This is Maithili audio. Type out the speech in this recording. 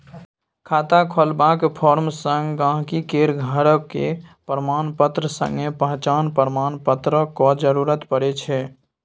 खाता खोलबाक फार्म संग गांहिकी केर घरक प्रमाणपत्र संगे पहचान प्रमाण पत्रक जरुरत परै छै